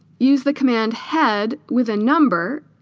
use the command head with a number,